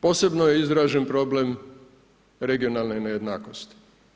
Posebno je izražen problem regionalne nejednakosti.